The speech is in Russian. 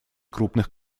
крупных